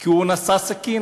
כי הוא נשא סכין.